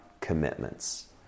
commitments